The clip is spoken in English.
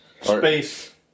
Space